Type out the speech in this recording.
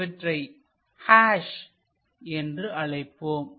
இவற்றை ஹஷ் என்று அழைப்போம்